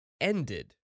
ended